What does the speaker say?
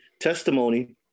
testimony